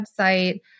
website